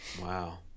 Wow